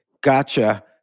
gotcha